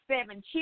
seven